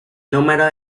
número